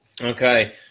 Okay